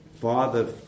father